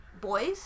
boys